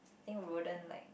think wouldn't like